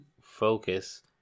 focus